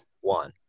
one